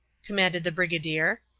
commanded the brigadier.